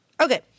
Okay